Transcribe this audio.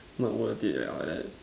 not worth it at all like that